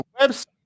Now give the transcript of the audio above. website